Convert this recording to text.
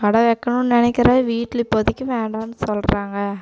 கடை வைக்கணுன்னு நினைக்கிறேன் வீட்டில் இப்போதிக்கு வேண்டாம்னு சொல்கிறாங்க